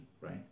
right